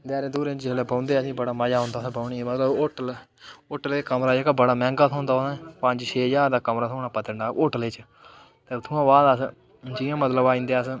देआरे थल्लै बौंह्दे बड़ा मज़ा औंदा असेंगी जिसलै होटलै ई कमरा जेह्का बड़ा मैहंगा थ्होंदा पंज छे ज्हार दा कमरा थ्होना होटलै च ते उत्थुआं बाद अस जि'यां मतलब आई जंदे अस